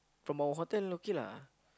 from our hotel okay lah